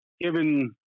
given